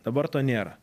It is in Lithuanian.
dabar to nėra